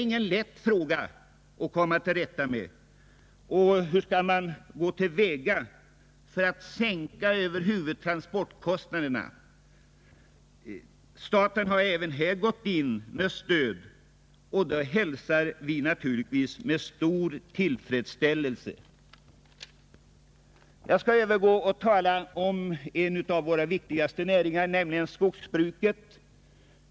Frågan hur man skall gå till väga för att sänka transportkostnaderna är inte lätt att komma till rätta med. Staten har även härvidlag satt in ett stöd, vilket vi naturligtvis hälsar med stor tillfredsställelse. Jag skall övergå till att tala om en av våra viktigaste näringar, nämligen skogsbruket.